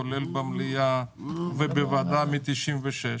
כולל במליאה ובוועדה מ-1996.